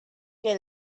que